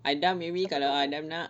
adam maybe kalau adam nak